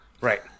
right